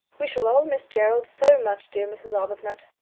we shall all miss gerald so much, dear mrs. arbuthnot.